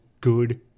good